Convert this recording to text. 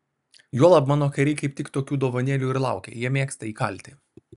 juolab mano kariai kaip tik tokių dovanėlių ir laukia jie mėgsta įkalti